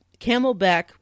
Camelback